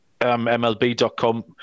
MLB.com